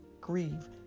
grieve